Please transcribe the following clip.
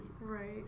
Right